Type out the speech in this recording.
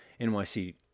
NYC